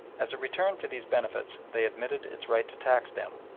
as a return for these benefits they admitted its right to tax them,